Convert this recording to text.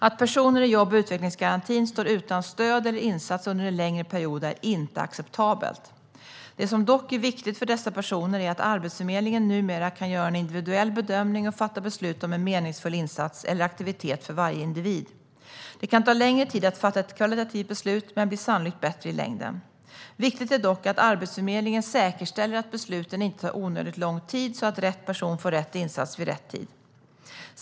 Att personer i jobb och utvecklingsgarantin står utan stöd eller insats under längre perioder är inte acceptabelt. Det som dock är viktigt för dessa personer är att Arbetsförmedlingen numera kan göra en individuell bedömning och fatta beslut om en meningsfull insats eller aktivitet för varje individ. Det kan ta längre tid att fatta ett kvalitativt beslut men blir sannolikt bättre i längden. Viktigt är dock att Arbetsförmedlingen säkerställer att besluten inte tar onödigt lång tid utan att rätt person får rätt insats vid rätt tid.